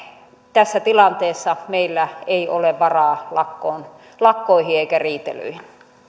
tässä tilanteessa meillä ei ole varaa lakkoihin lakkoihin eikä riitelyihin